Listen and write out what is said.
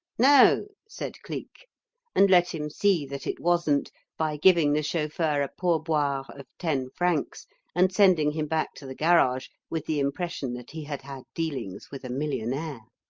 no, said cleek and let him see that it wasn't by giving the chauffeur a pourboire of ten francs and sending him back to the garage with the impression that he had had dealings with a millionaire.